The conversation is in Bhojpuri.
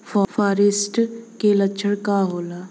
फारेस्ट के लक्षण का होला?